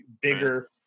bigger